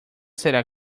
será